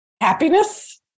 Happiness